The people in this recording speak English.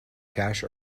cash